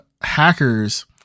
hackers